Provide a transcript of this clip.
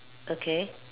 okay